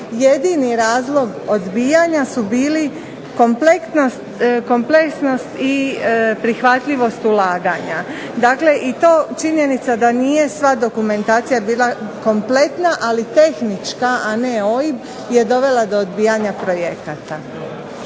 Jedini razlog odbijanja su bili kompleksnost i prihvatljivost ulaganja i to činjenica da nije sva dokumentacija bila kompletna ali tehnička a ne OIB je dovela do odbijanja projekata.